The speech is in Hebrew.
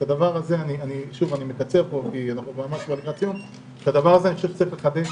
את הדבר הזה אני חושב שצריך לחדש.